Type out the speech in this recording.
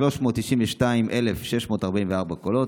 392,644 קולות,